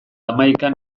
hamaikan